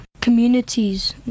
communities